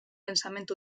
pensament